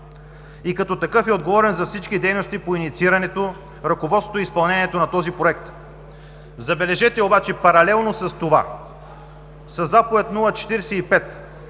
и като такъв е отговорен за всички дейности по инициирането, ръководството и изпълнението на този Проект. Забележете обаче, паралелно с това, със Заповед № 045